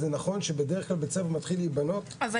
זה נכון שבדרך-כלל בית-ספר מתחיל להבנות --- אבל